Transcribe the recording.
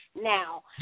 now